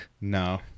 No